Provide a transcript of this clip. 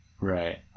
Right